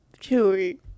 Chewy